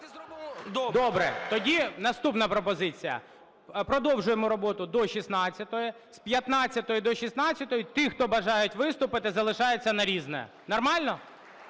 Добре, тоді наступна пропозиція: продовжуємо роботу до 16-ї, з 15-ї до 16-ї ті, хто бажають виступити, залишаються на "Різне". Нормально?